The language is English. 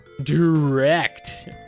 direct